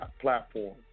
platform